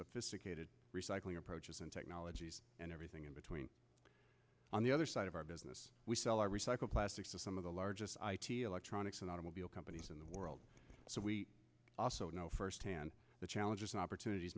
sophisticated recycling approaches and technologies and everything in between on the other side of our business we sell our recycle plastics to some of the largest electronics and automobiles in the world so we also know firsthand the challenges and opportunities